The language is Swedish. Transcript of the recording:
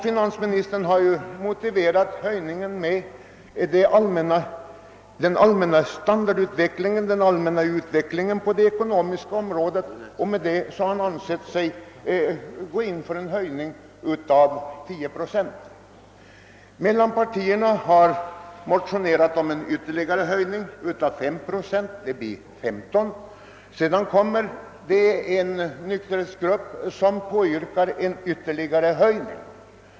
Finansministern har ju motiverat höjningen med den allmänna utvecklingen på det ekonomiska området och har med hänsyn till denna ansett sig böra gå in för en höjning om 10 procent. Mittenpartierna har motionerat om en ytterligare höjning av 5 procent, d.v.s. sammanlagt 15 procent. Därtill kommer en nykterhetsgrupp som påyrkar en ytterligare höjning.